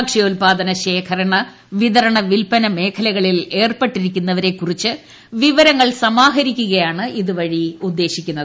ഭക്ഷ്യാല്പാദന ശേഖരണ വിതരണ വിൽപന മേഖലക ളിൽ ഏർപ്പെട്ടിരിക്കുന്നവരെക്കുറിച്ച് വിവരങ്ങൾ സമാഹരിക്കുകയാണ് ഇതു വഴി ഉദ്ദേശിക്കുന്നത്